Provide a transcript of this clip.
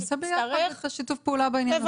--- נעשה ביחד את שיתוף הפעולה הזאת.